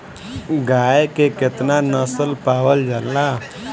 गाय के केतना नस्ल पावल जाला?